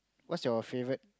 what's your favourite